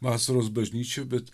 vasaros bažnyčia bet